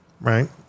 Right